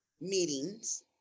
meetings